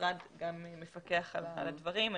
המשרד מפקח על הדברים.